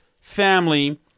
family